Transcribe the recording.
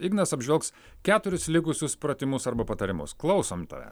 ignas apžvelgs keturis likusius pratimus arba patarimus klausom tavęs